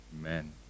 amen